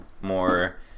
more